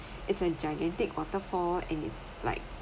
it's a gigantic waterfall and it's like